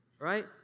Right